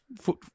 foot